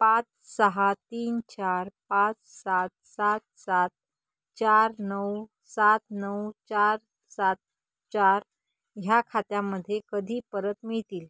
पाच सहा तीन चार पाच सात सात सात चार नऊ सात नऊ चार सात चार ह्या खात्यामध्ये कधी परत मिळतील